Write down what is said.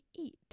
eat